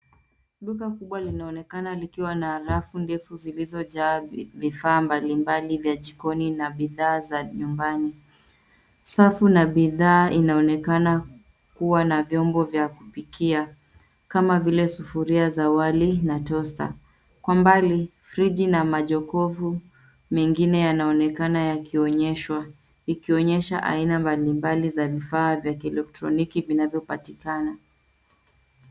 Duka kubwa linaonekana likiwa na rafu ndefu zilizojaa vifaa mbalimbali vya jikoni na bidhaa za nyumbani. Safu na bidhaa inaonekana kuwa na vyombo vya kupikia, kama vile sufuria za wali na tosta. Kwa mbali, friji na majokofu mengine yanaonekana yakionyeshwa ikionyesha aina mbalimbali za vifaa vya kielektroniki vinavyopatikana.